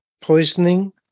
poisoning